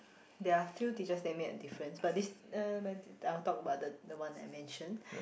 there are a few teachers that made a difference but this uh I'll talk about the the one that I mentioned